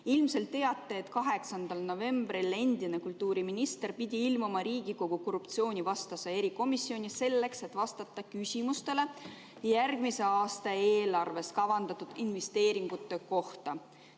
Ilmselt teate, et 8. novembril pidi endine kultuuriminister ilmuma Riigikogu korruptsioonivastasesse erikomisjoni, selleks et vastata küsimustele järgmise aasta eelarves kavandatud investeeringute kohta.